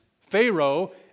Pharaoh